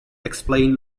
explain